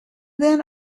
then